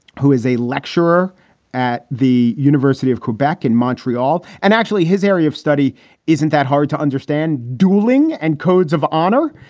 who is a lecturer at the university of quebec in montreal. and actually his area of study isn't that hard to understand. dueling and codes of honor.